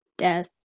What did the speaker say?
Death